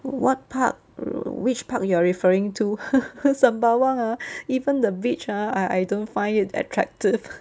what park which park you are referring to sembawang ah even the beach ah I I don't find it attractive